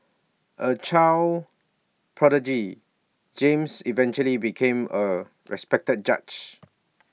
A child prodigy James eventually became A respected judge